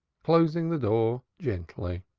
closing the door gently.